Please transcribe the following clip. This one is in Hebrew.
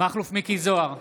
מכלוף מיקי זוהר,